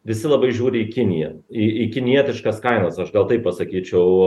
visi labai žiūri į kiniją į į kinietiškas kainas aš gal taip pasakyčiau